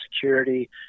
Security